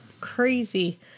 Crazy